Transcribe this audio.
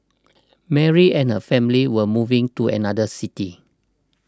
Mary and her family were moving to another city